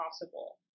possible